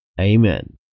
Amen